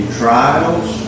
trials